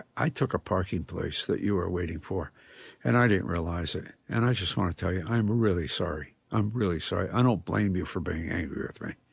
i took a parking place that you were waiting for and i didn't realize it and i just want to tell you i'm really sorry. i'm really sorry. i don't blame you for being angry with